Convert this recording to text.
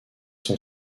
son